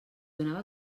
donava